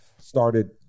started